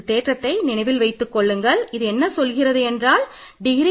இந்த தேற்றத்தை நிரூபிக்கிறேன் இது என்ன சொல்கிறது என்றால் டிகிரி